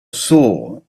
soul